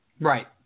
Right